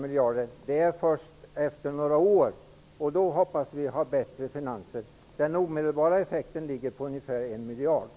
miljarder, gäller först efter några år då vi hoppas ha bättre finanser. Den omedelbara ekonomiska effekten blir ungefär 1 miljard.